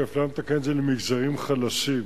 כי אפליה מתקנת זה למגזרים חלשים,